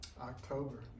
October